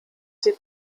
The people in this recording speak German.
sie